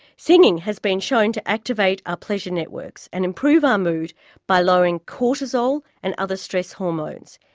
singing has been shown to activate our pleasure networks and improve our mood by lowering cortisol and other stress hormones.